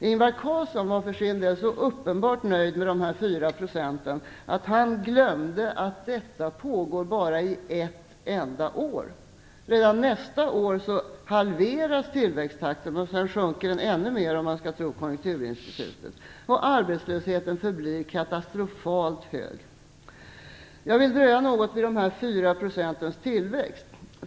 Ingvar Carlsson var för sin del uppenbart nöjd med de 4 procenten att han glömde att detta bara pågår i ett enda år. Redan nästa år halveras tillväxttakten, och sedan sjunker den ännu mer, om man skall tro Konjunkturinstitutet. Och arbetslösheten förblir katastrofalt hög. Jag vill dröja något vid 4 % tillväxt.